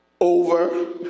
over